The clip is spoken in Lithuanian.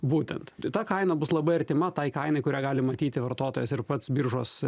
būtent ta kaina bus labai artima tai kainai kurią gali matyti vartotojas ir pats biržos